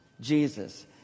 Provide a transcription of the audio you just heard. Jesus